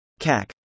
CAC